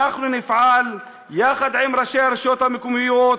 אנחנו נפעל, יחד עם ראשי הרשויות המקומיות,